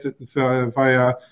via